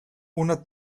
una